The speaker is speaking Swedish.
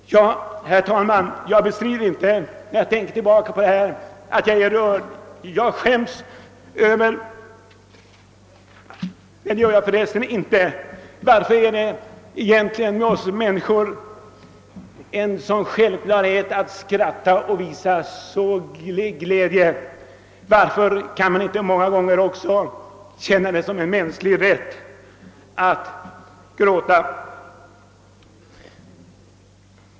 Jag rår inte för, herr talman, att jag blir djupt rörd när jag tänker tillbaka på detta, och jag skäms inte över att jag gråter. Varför är det för resten för oss människor en sådan självklarhet att skratta och visa glädje men varför är vi så rädda att visa andra mänskliga känslor som att gråta?